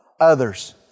others